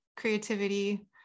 creativity